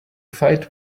fight